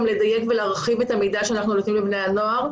לדייק ולהרחיב את המידע שאנחנו נותנים לבני הנוער.